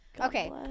Okay